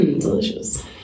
delicious